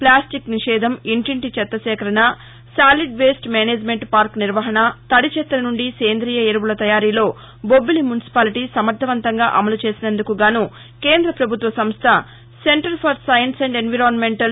plastic నిషేధం ఇంటింటి చెత్త సేకరణ సాలిడ్ వేస్ట్ మేనేజ్నెంట్ పార్క్ నిర్వహణ తడిచెత్త నుండి సేందియ ఎరుపుల తయారీలో బొబ్బిలి మున్సిపాలిటీ సమర్దవంతంగా అమలు చేసినందుకుగానూ కేంద్ర ప్రభుత్వ సంస్ల centre for science and environmental